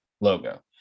logo